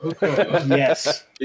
Yes